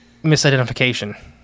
misidentification